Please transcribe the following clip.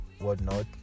whatnot